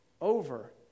over